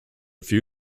few